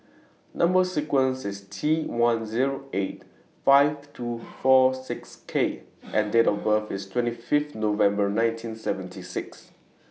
Number sequence IS T one Zero eight five two four six K and Date of birth IS twenty five November nineteen seventy six